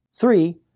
Three